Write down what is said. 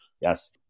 Yes